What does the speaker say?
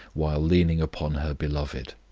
while leaning upon her beloved.